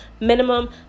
minimum